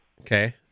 Okay